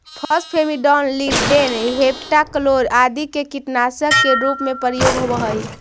phosphamidon, lindane, heptachlor आदि के कीटनाशक के रूप में प्रयोग होवऽ हई